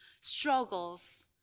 struggles